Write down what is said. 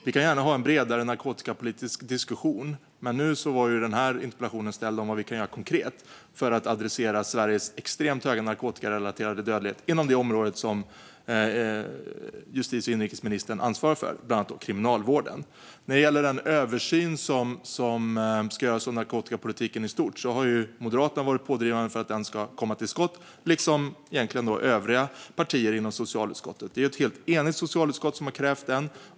Vi kan gärna ha en bredare narkotikapolitisk diskussion, men nu har jag ställt en interpellation om vad vi kan göra konkret för att adressera Sveriges extremt höga narkotikarelaterade dödlighet inom det område som justitie och inrikesministern ansvarar för, bland annat Kriminalvården. När det gäller den översyn som ska göras av narkotikapolitiken i stort har Moderaterna varit pådrivande för att den ska komma till stånd, liksom övriga partier inom socialutskottet. Det är ett helt enigt socialutskott som har krävt den.